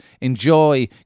Enjoy